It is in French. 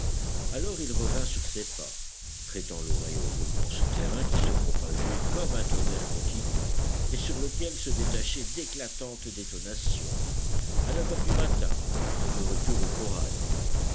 alors il revint sur ses pas prêtant l'oreille aux roulements souterrains qui se propageaient comme un tonnerre continu et sur lequel se détachaient d'éclatantes détonations à neuf heures du matin il était de retour au corral